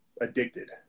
addicted